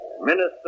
Minister